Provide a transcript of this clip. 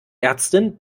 ärztin